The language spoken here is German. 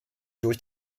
durch